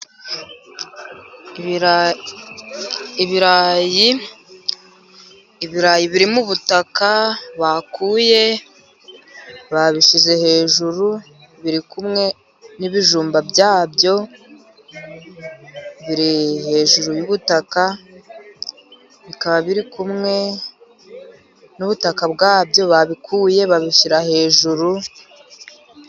Ibirayi, ibirayi biri mu butaka bakuye babishyize hejuru biri kumwe n'ibijumba byabyo biri hejuru y'ubutaka, bikaba biri kumwe n'ubutaka bwabyo babikuye babishyira hejuru.